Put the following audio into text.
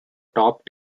top